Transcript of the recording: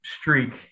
streak